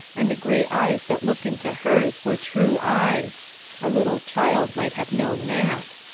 and the grey eyes that looked into hers were true eyes a little child might have known that.